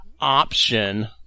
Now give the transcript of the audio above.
option